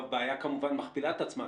הבעיה כמובן מכפילה את עצמה,